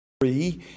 free